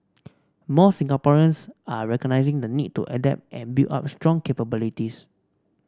more Singaporeans are recognising the need to adapt and build up strong capabilities